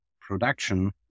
production